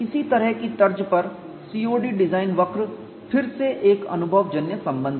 इसी तरह की तर्ज पर COD डिजाइन वक्र फिर से एक अनुभवजन्य संबंध है